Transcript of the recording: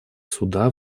суда